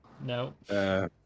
No